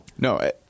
No